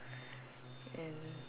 and